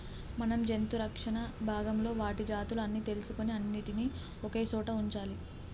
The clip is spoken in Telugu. మనం జంతు రక్షణ భాగంలో వాటి జాతులు అన్ని తెలుసుకొని అన్నిటినీ ఒకే సోట వుంచాలి